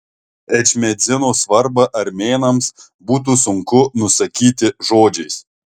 ečmiadzino svarbą armėnams būtų sunku nusakyti žodžiais